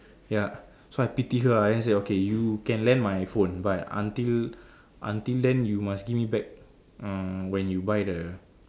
ya so I pity her ah then I say okay you can lend my phone but until until then you must give me back uh when you buy the